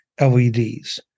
LEDs